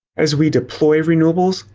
as we deploy renewables,